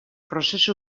prozesu